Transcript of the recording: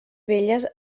velles